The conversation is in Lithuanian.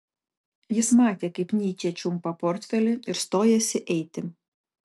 jis matė kaip nyčė čiumpa portfelį ir stojasi eiti